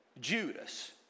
Judas